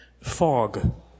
fog